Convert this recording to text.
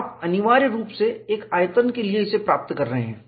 आप अनिवार्य रूप से एक आयतन के लिए इसे प्राप्त कर रहे हैं